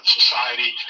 society